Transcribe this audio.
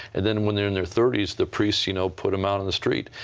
and then when theyire in their thirties the priests, you know, put them out on the street.